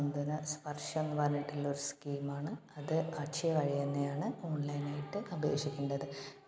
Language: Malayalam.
സാന്ത്വന സ്പർശം എന്ന് പറഞ്ഞിട്ടുള്ളൊരു സ്കീമാണ് അത് അക്ഷയ വഴി തന്നെയാണ് ഓൺലൈനായിട്ട് അപേക്ഷിക്കേണ്ടത്